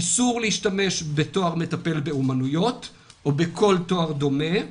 איסור להשתמש בתואר מטפל באומנויות או בכל תואר דומה,